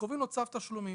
וקובעים לו צו תשלומים.